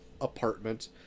apartment